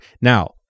Now